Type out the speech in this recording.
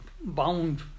bound